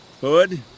Hood